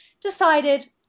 decided